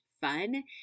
fun